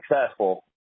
successful